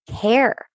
care